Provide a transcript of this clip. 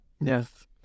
Yes